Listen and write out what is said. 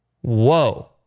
whoa